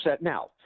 Now